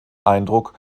eindruck